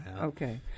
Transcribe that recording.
Okay